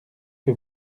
que